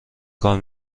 کار